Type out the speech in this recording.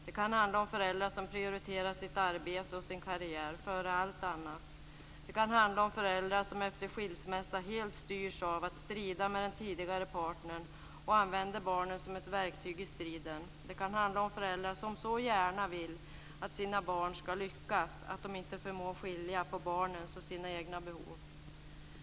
Det kan handla om föräldrar som prioriterar arbete och karriär före allt annat. Det kan handla om föräldrar som efter en skilsmässa helt styrs av att strida med den tidigare partnern och använder barnen som ett verktyg i striden. Det kan handla om föräldrar som så gärna vill att deras barn ska lyckas att de inte förmår skilja på barnens och sina egna behov.